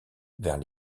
vers